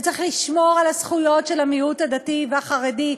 צריך לשמור על הזכויות של המיעוט הדתי והחרדי,